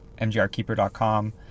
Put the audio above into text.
mgrkeeper.com